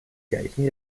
gleichen